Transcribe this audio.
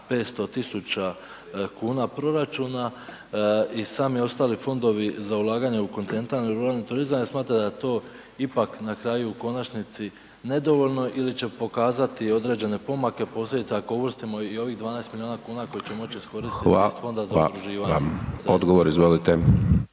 500 tisuća kuna proračuna i sami ostali fondovi za ulaganje u kontinentalni ruralni turizam ja smatram da to ipak na kraju u konačniji je nedovoljno ili će pokazati određene pomake posebice ako uvrstimo i ovih 12 milijuna kuna koje će moći iskoristiti iz Fonda za udruživanje. **Hajdaš Dončić, Siniša